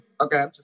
okay